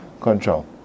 control